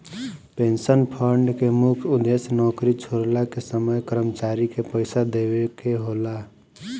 pension fund के मुख्य उद्देश्य नौकरी छोड़ला के समय कर्मचारी के पइसा देवेके होला